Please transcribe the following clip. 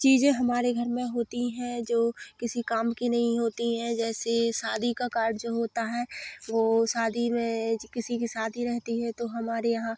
चीज़ें हमारे घर में होती हैं जो किसी काम की नहीं होती हैं जैसे शादी का कार्ड होता है वो शादी में किसी की शादी रहती है तो हमारे यहाँ